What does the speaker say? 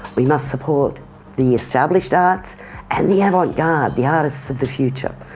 we must support the established arts and the avant-garde, the artists of the future.